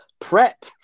prep